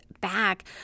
back